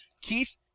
Keith